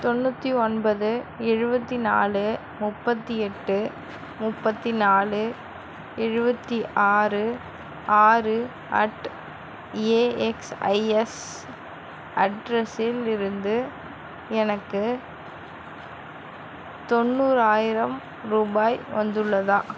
தொண்ணூற்றி ஒன்பது எழுபத்தி நாலு முப்பத்தி எட்டு முப்பத்தி நாலு எழுபத்தி ஆறு ஆறு அட் ஏஎக்ஸ்ஐஎஸ் அட்ரஸில் இருந்து எனக்கு தொண்ணூறாயிரம் ரூபாய் வந்துள்ளதா